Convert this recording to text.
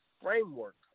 Framework